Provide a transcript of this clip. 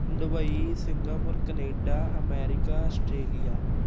Dubai Singapore Canada America Australia